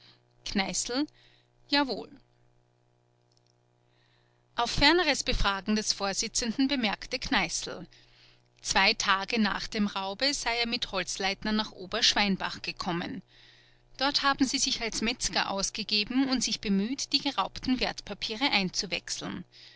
kneißl jawohl auf ferneres befragen des vorsitzenden bemerkte kneißl zwei tage nach dem raube sei er mit holzleitner nach oberschweinbach gekommen dort haben sie sich als metzger ausgegeben und sich bemüht die geraubten wertpapiere einzuwechseln